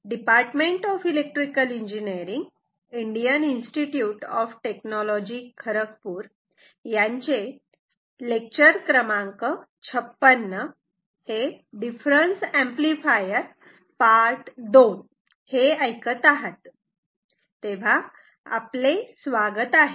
difference amplifier II आपले स्वागत आहे